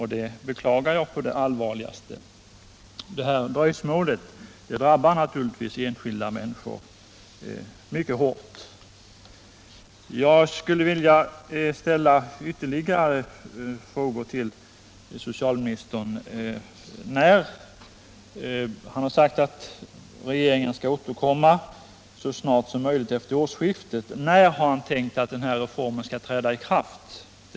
Det beklagar jag på det allvarligaste. Det här dröjsmålet drabbar enskilda människor mycket hårt. Jag skulle vilja ställa ytterligare frågor till socialministern. Han har sagt att regeringen skall återkomma så snart som möjligt efter årsskiftet. Den ena frågan är: När tänker socialministern att den här reformen skall träda i kraft?